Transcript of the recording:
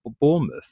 Bournemouth